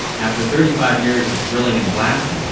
after thirty five years of drilling and blasting,